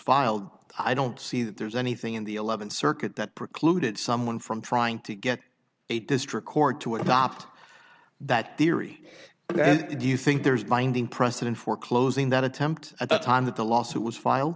filed i don't see that there's anything in the eleventh circuit that precluded someone from trying to get a district court to adopt that theory and do you think there's binding precedent for closing that attempt at the time that the lawsuit was f